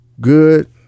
good